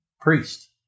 priest